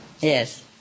Yes